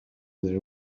their